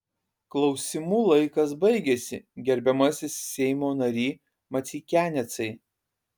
klausimų laikas baigėsi gerbiamasis seimo nary maceikianecai